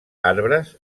arbres